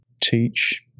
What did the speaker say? teach